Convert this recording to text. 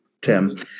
Tim